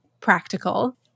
practical